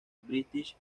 british